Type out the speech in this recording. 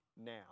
now